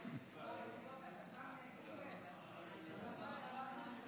יברך את חבר הכנסת